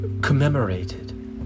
commemorated